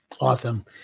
Awesome